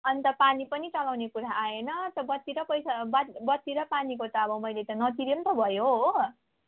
अन्त पानी पनि चलाउने कुरा आएन बत्ती र पैसा बत्ती र पानीको त मैले नतिरे पनि त भयो हो